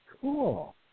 cool